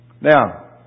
Now